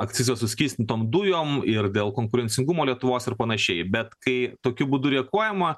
akcizo suskystintom dujom ir dėl konkurencingumo lietuvos ir panašiai bet kai tokiu būdu rekuojama